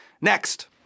Next